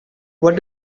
what